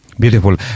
Beautiful